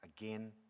again